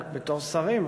רק בתור שרים,